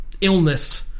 illness